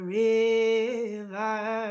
river